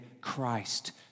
Christ